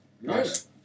Nice